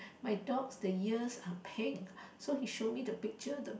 my dogs the ears are pink so he shows me the picture the